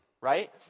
right